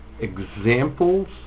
examples